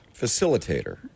Facilitator